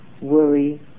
worry